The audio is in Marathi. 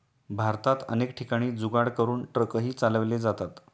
भारतात अनेक ठिकाणी जुगाड करून ट्रकही चालवले जातात